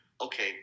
okay